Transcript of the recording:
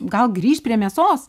gal grįšt prie mėsos